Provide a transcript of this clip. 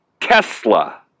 Tesla